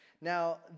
Now